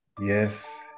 yes